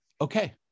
Okay